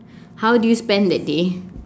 how do you spend that day